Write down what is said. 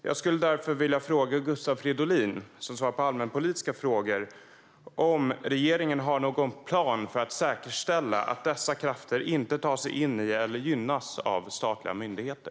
Jag vill därför fråga Gustav Fridolin, som svarar på allmänpolitiska frågor, om regeringen har en plan för att säkerställa att dessa krafter inte tar sig in i eller gynnas av statliga myndigheter.